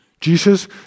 Jesus